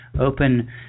open